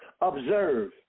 observe